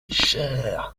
cher